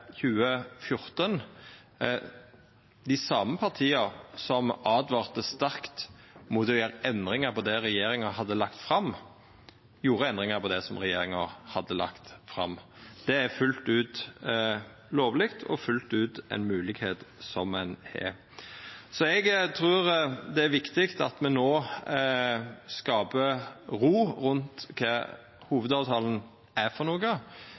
2014. Dei same partia som åtvara sterkt mot å gjera endringar på det regjeringa hadde lagt fram, gjorde endringar på det som regjeringa hadde lagt fram. Det er fullt ut lovleg og fullt ut ein moglegheit ein har. Eg trur det er viktig at me no skapar ro rundt kva hovudavtalen er for noko.